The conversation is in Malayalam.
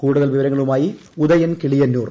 കൂടുതൽ വിവരങ്ങളുമായി ഉദയൻ കിളിയന്നൂർ